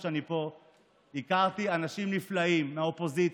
שאני פה הכרתי אנשים נפלאים מהאופוזיציה,